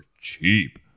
cheap